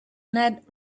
ned